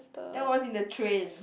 that was in the train